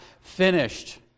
finished